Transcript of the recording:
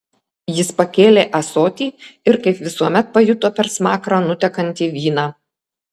jis pakėlė ąsotį ir kaip visuomet pajuto per smakrą nutekantį vyną